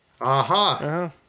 Aha